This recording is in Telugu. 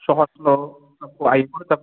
సోషల్ అవి కూడా తక్కువ వచ్చాయి